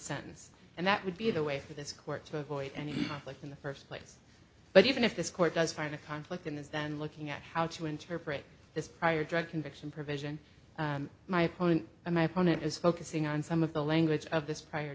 sentence and that would be the way for this court to avoid any place in the first place but even if this court does find a conflict in this then looking at how to interpret this prior drug conviction provision my opponent a my opponent is focusing on some of the length of this prior